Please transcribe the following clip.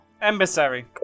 Embassy